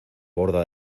borda